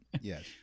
Yes